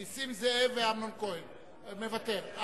נסים זאב ואמנון כהן, מוותר.